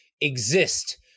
exist